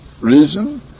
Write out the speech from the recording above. reason